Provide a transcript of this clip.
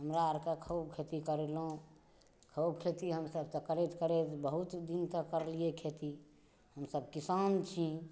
हमरा अर के खूब खेती करलहुॅं खूब खेती हमसब तऽ करैत करैत बहुत दिन तक करलियै खेती हमसब किसान छी